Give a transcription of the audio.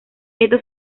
esto